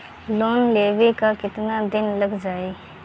Loan लेबे ला कितना दिन लाग जाई?